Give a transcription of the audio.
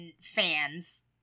fans